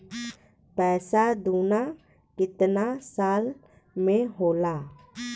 पैसा दूना कितना साल मे होला?